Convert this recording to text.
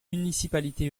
municipalité